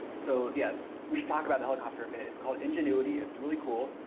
so yeah we should talk about the helicopter a bit it's called ingenuity, it's really cool,